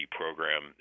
program